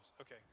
Okay